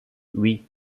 oui